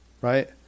right